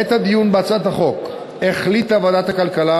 בעת הדיון בהצעת החוק החליטה ועדת הכלכלה,